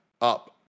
Up